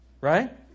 Right